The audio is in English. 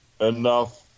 enough